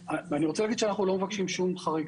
ואני רוצה להגיד שאנחנו לא מבקשים שום דבר חריג,